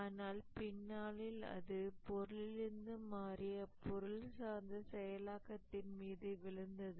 ஆனால் பின்னாளில் அது பொருளிலிருந்து மாறி அப்பொருள் சார்ந்த செயலாக்கத்தின் மீது விழுந்தது